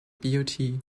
beauty